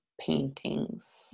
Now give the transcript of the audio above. paintings